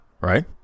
right